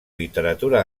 literatura